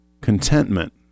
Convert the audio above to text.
contentment